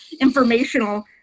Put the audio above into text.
informational